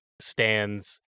stands